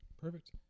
Perfect